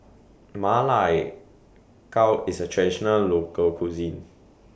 Ma Lai Gao IS A Traditional Local Cuisine